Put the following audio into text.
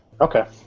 Okay